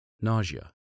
nausea